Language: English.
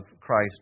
christ